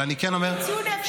--- ציון אפס.